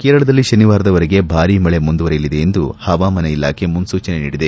ಕೇರಳದಲ್ಲಿ ತನಿವಾರದವರೆಗೆ ಭಾರೀ ಮಳೆ ಮುಂದುವರಿಯಲಿದೆ ಎಂದು ಹವಾಮಾನ ಇಲಾಖೆ ಮುನ್ನೂಚನೆ ನೀಡಿದೆ